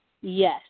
Yes